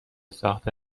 ساخت